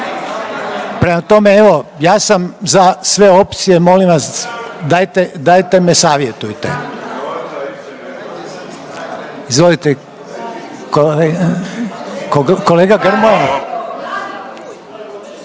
Prema tome evo ja sam za sve opcije. Molim vas dajte me savjetujte. Izvolite. Kolega Grmoja.